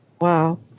Wow